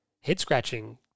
head-scratching